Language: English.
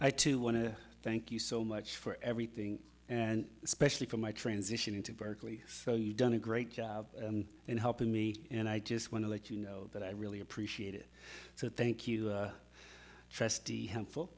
i too want to thank you so much for everything and especially for my transition into berkeley so you've done a great job in helping me and i just want to let you know that i really appreciate it so thank you trustee helpful